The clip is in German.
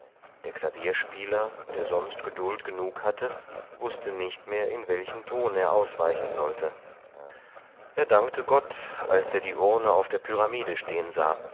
der klavierspieler der sonst geduld genug hatte wußte nicht mehr in welchen ton er ausweichen sollte er dankte gott als er die urne auf der pyramide stehn sah